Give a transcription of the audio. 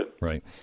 Right